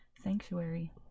sanctuary